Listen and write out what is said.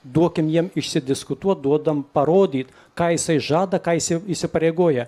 duokim jiem išsidiskutuot duodam parodyt ką jisai žada ką jisai įsipareigoja